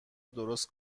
درست